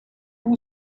two